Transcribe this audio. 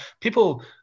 people